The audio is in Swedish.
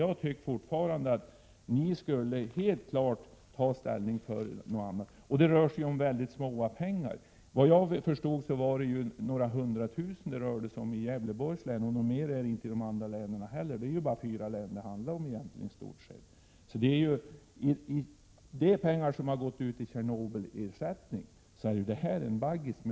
Jag tycker fortfarande att ni skall ta ställning för något annat. Det rör sig om väldigt litet pengar. Såvitt jag förstod rörde det sig om några hundra tusen kronor i Gävleborgs län. Det är inte fråga om mer i de andra länen heller. Egentligen handlar det bara om fyra län. När det gäller de pengar som har gått ut i ersättning efter Tjernobylolyckan, så är dessa pengar en ”baggis”.